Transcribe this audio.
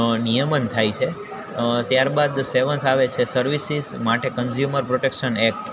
નિયમન થાય છે ત્યાર બાદ સેવન્થ આવે છે સર્વિસીસ માટે કન્ઝયુમર પ્રોટેક્સન એક્ટ